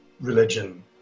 religion